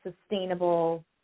sustainable